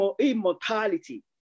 immortality